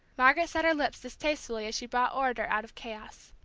margaret set her lips distastefully as she brought order out of chaos.